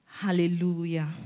Hallelujah